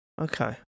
Okay